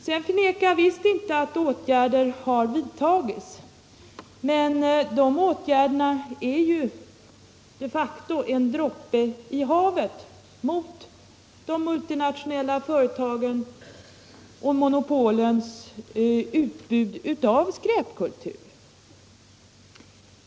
Jag förnekar visst inte att åtgärder har vidtagits på detta område, men de åtgärderna är ju de facto en droppe i havet mot de multinationella företagens och monopolens utbud av skräpkultur.